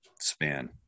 span